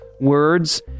words